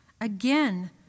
again